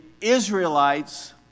Israelites